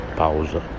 pausa